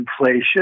inflation